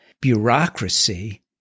bureaucracy